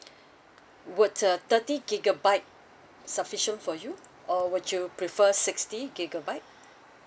would a thirty gigabyte sufficient for you or would you prefer sixty gigabyte